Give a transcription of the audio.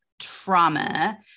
trauma